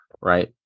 Right